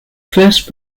first